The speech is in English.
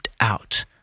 out